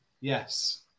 Yes